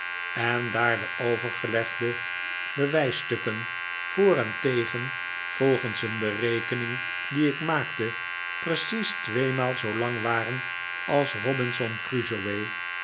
en daar de overgelegde bewijsstukken voor en tegen volgens een berekening die ik maakte precies tweemaal zoolang waren als robinson crusoe